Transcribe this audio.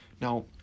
Now